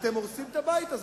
אתם הורסים את הבית הזה.